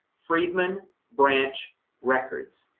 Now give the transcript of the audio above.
freedman branch records.